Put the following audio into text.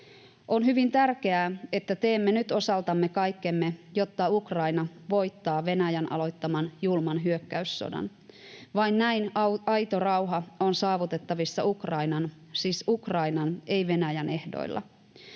On hyvin tärkeää, että teemme nyt osaltamme kaikkemme, jotta Ukraina voittaa Venäjän aloittaman julman hyökkäyssodan. Vain näin aito rauha on saavutettavissa Ukrainan — siis Ukrainan, ei Venäjän — ehdoilla.